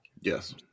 Yes